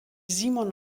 simon